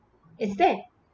it's there